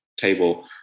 table